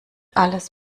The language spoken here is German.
alles